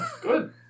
Good